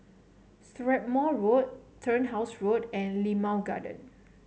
Strathmore Road Turnhouse Road and Limau Garden